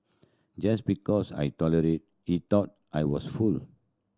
just because I tolerated he thought I was fool